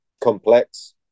complex